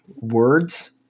words